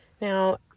Now